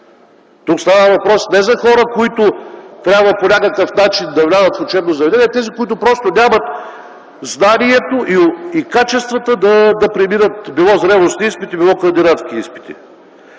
Тук става въпрос не за хора, които трябва по някакъв начин да влязат в учебно заведение, а за тези, които просто нямат знанието и качествата да преминат било зрелостни изпити, било кандидатстудентски изпити.